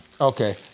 Okay